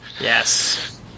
Yes